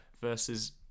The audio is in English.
versus